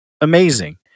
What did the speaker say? Amazing